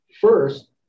first